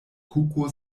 kuko